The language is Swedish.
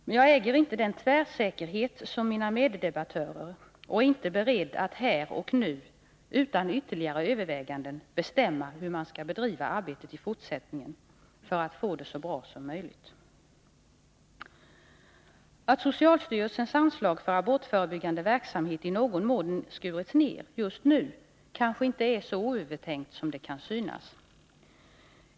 Men jag äger inte den tvärsäkerhet som mina meddebattörer och är inte beredd att här och nu utan ytterligare överväganden bestämma hur man skall bedriva arbetet i fortsättningen för att få det så bra som möjligt. Att socialstyrelsens anslag för abortförebyggande verksamhet i någon mån skurits ned just nu kanske inte är så oövertänkt som det kan synas.